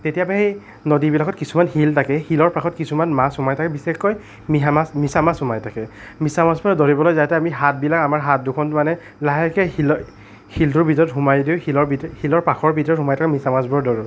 তেতিয়াপা সেই নদীবিলাকত কিছুমান শিল থাকে শিলৰ ফাঁকত কিছুমান মাছ সোমাই থাকে বিশেষকৈ মিহা মাছ মিছা মাছ সোমাই থাকে মিছা মাছবোৰ ধৰিবলৈ যাওঁতে আমি হাতবিলাক আমাৰ হাত দুখন মানে লাহেকৈ শিলৰ শিলটোৰ ভিতৰত সোমাই দিওঁ শিল শিলৰ ফাঁকৰ ভিতৰত সোমাই পেলাই মাছবোৰ ধৰোঁ